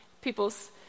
people's